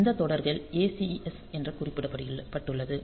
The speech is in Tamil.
அந்த தொடர்கள் ACS என குறிக்கப்பட்டுள்ளது